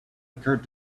occurred